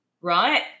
right